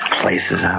places